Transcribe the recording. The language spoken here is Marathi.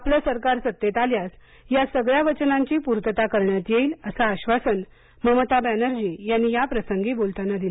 आपलं सरकार सत्तेत आल्यास या सगळ्या वचनांची पूर्तता करण्यात येईल असं आश्वासन ममता बनर्जी यांनी याप्रांगी बोलताना दिलं